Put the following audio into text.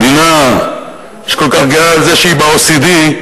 מדינה שכל כך גאה בזה שהיא ב-OECD,